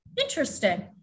Interesting